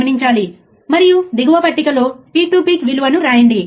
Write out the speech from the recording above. graph చాలా సులభం input voltage నీలం రంగులో ఇక్కడ ఉంది